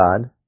God